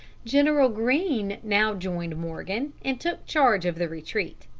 general greene now joined morgan, and took charge of the retreat.